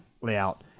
layout